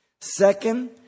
Second